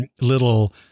little